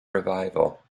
revival